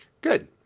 Good